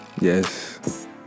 Yes